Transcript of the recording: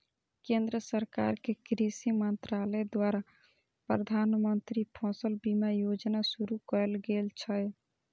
केंद्र सरकार के कृषि मंत्रालय द्वारा प्रधानमंत्री फसल बीमा योजना शुरू कैल गेल छै